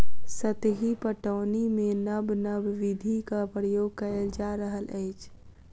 सतही पटौनीमे नब नब विधिक प्रयोग कएल जा रहल अछि